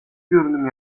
görünüm